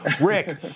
Rick